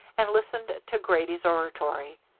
and listened to grady's oratory.